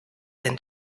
been